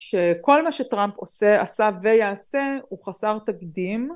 שכל מה שטראמפ עושה עשה ויעשה הוא חסר תקדים